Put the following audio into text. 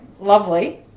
lovely